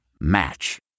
Match